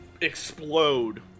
explode